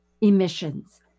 emissions